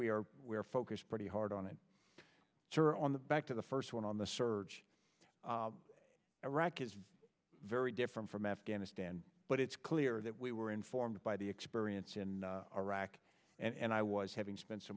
we are we're focused pretty hard on it sir on the back to the first one on the surge iraq is very different from afghanistan but it's clear that we were informed by the experience in iraq and i was having spent so